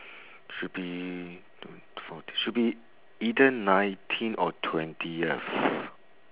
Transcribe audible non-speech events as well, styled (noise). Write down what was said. should be (noise) should be either nineteen or twentieth